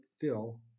fill